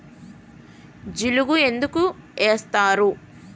జిలుగు ఎందుకు ఏస్తరు?